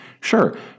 Sure